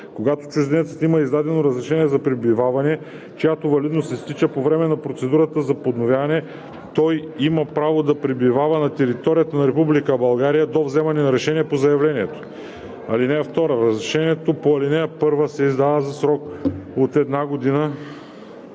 Когато чужденецът има издадено разрешение за пребиваване, чиято валидност изтича по време на процедурата за подновяване, той има право да пребивава на територията на Република България до вземане на решение по заявлението. (2) Разрешението по ал. 1 се издава за срок от една година,